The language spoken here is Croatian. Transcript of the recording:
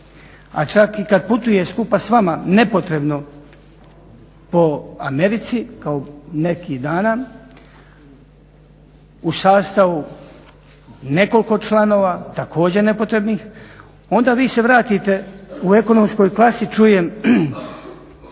A čak i kad putuje skupa s vama nepotrebno po Americi kao nekih dana u sastavu nekoliko članova također nepotrebnih onda vi se vratite u ekonomskoj klasi čujem